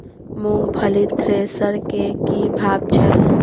मूंगफली थ्रेसर के की भाव छै?